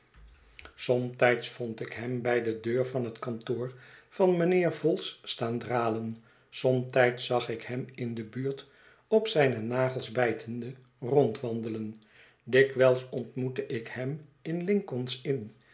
somtijds vond ik hem bij de deur van het kantoor van mijnheer vholes staan dralen somtijds zag ik hem in de buurt op zijne nagels bijtende rondwandelen dikwijls ontmoette ik hem in lincoln's inn